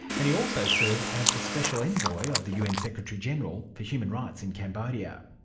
and he also served as the special envoy of the un secretary-general for human rights in cambodia.